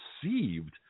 perceived